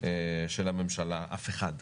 של הממשלה, אף אחד.